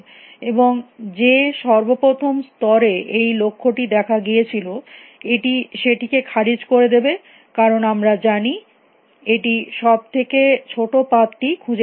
এবং যে সর্বপ্রথম স্তরে এই লক্ষ্যটি দেখা গিয়েছিল এটি সেটিকে খারিজ করে দেবে কারণ আমরা জানি এটি সব থেকে ছোটো পাথ টি খুঁজে পেয়ে গেছে